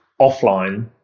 offline